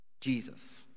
Jesus